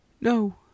No